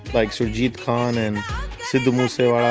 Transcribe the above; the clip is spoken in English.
like surjit khan and sidhu moosewala,